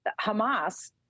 Hamas—